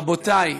רבותיי,